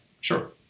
sure